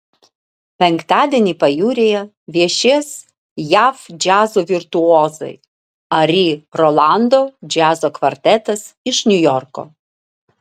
penktadienį pajūryje viešės jav džiazo virtuozai ari rolando džiazo kvartetas iš niujorko